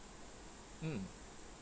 mm